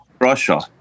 Russia